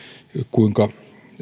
kuinka